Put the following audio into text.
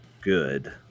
good